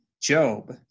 Job